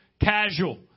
casual